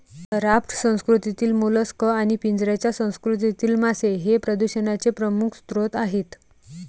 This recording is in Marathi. राफ्ट संस्कृतीतील मोलस्क आणि पिंजऱ्याच्या संस्कृतीतील मासे हे प्रदूषणाचे प्रमुख स्रोत आहेत